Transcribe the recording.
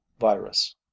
virus